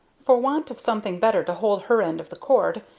for want of something better to hold her end of the cord,